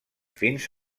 fins